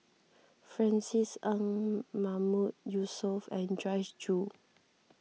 Francis Ng Mahmood Yusof and Joyce Jue